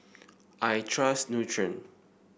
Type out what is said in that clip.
I trust Nutren